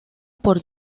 por